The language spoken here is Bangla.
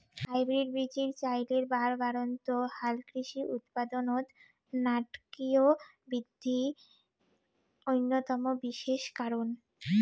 হাইব্রিড বীচির চইলের বাড়বাড়ন্ত হালকৃষি উৎপাদনত নাটকীয় বিদ্ধি অইন্যতম বিশেষ কারণ